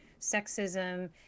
sexism